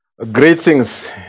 Greetings